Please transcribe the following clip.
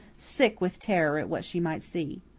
sick with terror at what she might see.